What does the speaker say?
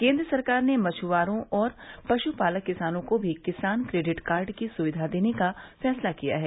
केन्द्र सरकार ने मछआरों और पश्पालक किसानों को भी किसान क्रेडिट कार्ड की सुविधा देने का फैसला किया है